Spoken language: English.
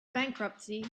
bankruptcy